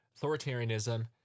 authoritarianism